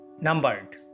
numbered